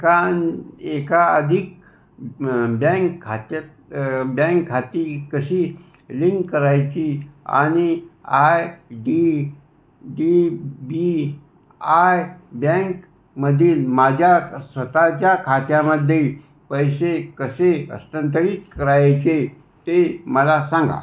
एकां एकाअधिक बँक खात्यात बँक खाती कशी लिंक करायची आणि I D D B I बँकमधील माझ्या स्वतःच्या खात्यामध्ये पैसे कसे हस्तांतरित करायचे ते मला सांगा